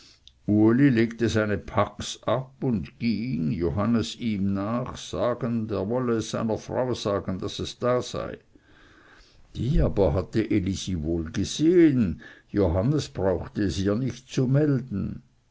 legte seine packs ab und ging johannes ihm nach sagend er wolle es seiner frau sagen daß es da sei die aber hatte elisi wohl gesehen johannes brauchte es ihr nicht zu melden